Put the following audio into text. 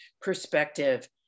perspective